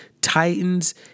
Titans